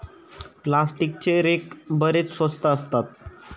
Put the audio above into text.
प्लास्टिकचे रेक बरेच स्वस्त असतात